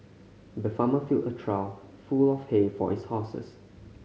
the farmer filled a trough full of hay for his horses